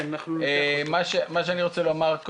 מה שאני רוצה לומר,